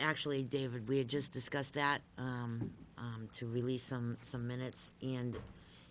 actually david really just discussed that to release some some minutes and